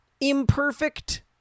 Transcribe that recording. imperfect